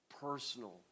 personal